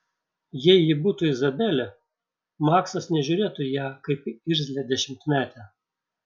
jei ji būtų izabelė maksas nežiūrėtų į ją kaip į irzlią dešimtmetę